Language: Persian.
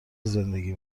زندگی